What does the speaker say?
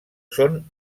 són